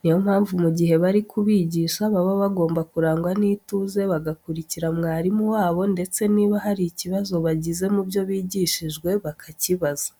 Niyo mpamvu mu gihe bari kubigisha baba bagomba kurangwa n'ituze, bagakurikira mwarimu wabo ndetse niba hari ikibazo bagize mu byo bigishijwe bakakibaza.